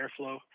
airflow